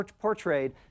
portrayed